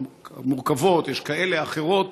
יש מורכבות, יש כאלה ואחרות.